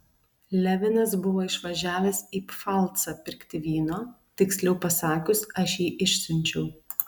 levinas buvo išvažiavęs į pfalcą pirkti vyno tiksliau pasakius aš jį išsiunčiau